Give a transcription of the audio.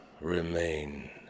remain